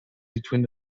between